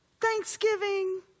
Thanksgiving